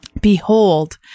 Behold